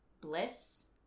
bliss